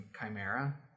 chimera